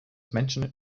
mentioned